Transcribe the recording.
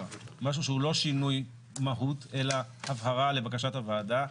משהו שהוא לא שינוי מהות אלא הבהרה לבקשת הוועדה,